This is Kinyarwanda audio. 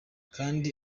kandi